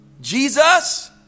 Jesus